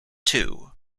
too